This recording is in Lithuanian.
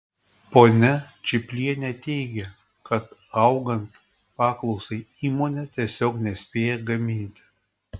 ponia čiplienė teigia kad augant paklausai įmonė tiesiog nespėja gaminti